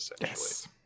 Yes